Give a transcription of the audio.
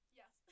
yes